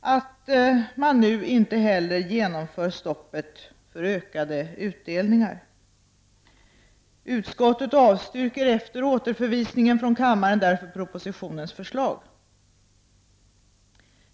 att man nu inte heller genomför stoppet för ökade utdelningar. Utskottet avstyrker efter återförvisningen från kammaren därför propositionens förslag.